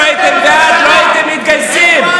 אם הייתם בעד, לא הייתם מתגייסים.